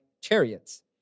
chariots